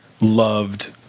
loved